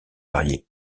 varié